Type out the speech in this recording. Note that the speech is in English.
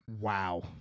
wow